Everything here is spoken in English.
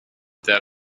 that